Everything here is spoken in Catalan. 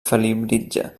felibritge